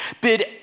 Bid